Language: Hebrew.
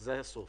זה הסוף.